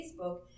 Facebook